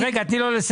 אז רגע, תני לו לסיים.